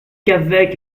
qu’avec